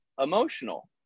emotional